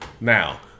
Now